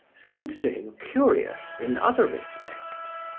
seemed to him curious in other respects.